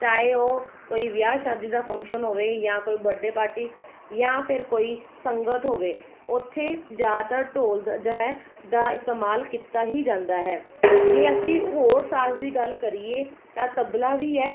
ਚਾਹੇ ਉਹ ਕੋਈ ਵਿਆਹ ਸ਼ਾਦੀ ਦਾ ਫੰਕਸ਼ਨ ਹੋਵੇ ਜਾਂ ਕੋਈ ਬਡੇ ਪਾਰਟੀ ਜਾਂ ਫਿਰ ਕੋਈ ਸੰਗਤ ਹੋਵੇ ਉੱਥੇ ਜ਼ਿਆਦਾਤਰ ਢੋਲ ਦਾ ਜੋ ਹੈ ਦਾ ਇਸਤੇਮਾਲ ਕੀਤਾ ਹੀ ਜਾਂਦਾ ਹੈ ਜੇ ਅਸੀਂ ਹੋਰ ਸਾਜ ਦੀ ਗੱਲ ਕਰੀਏ ਤਾਂ ਤਬਲਾ ਵੀ ਹੈ